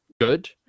good